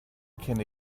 can